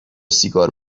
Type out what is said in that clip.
سیگار